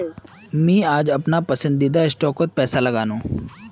मी आज अपनार पसंदीदा स्टॉकत पैसा लगानु